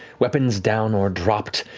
weapons down or dropped,